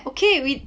okay we